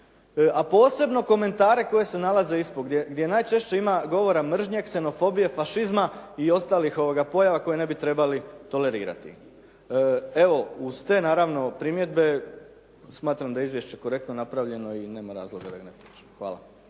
a posebno komentare koje se nalaze ispod gdje najčešće ima govora mržnje, ksenofobije, fašizma i ostalih pojava koje ne bi trebali tolerirati. Evo, uz te naravno primjedbe, smatram da je izvješće korektno napravljeno i nema razloga da ga ne podržim. Hvala.